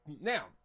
Now